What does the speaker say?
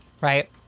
right